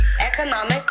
economic